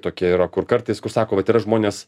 tokia yra kur kartais kur sako vat yra žmonės